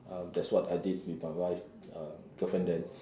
um that's what I did with my wife um girlfriend then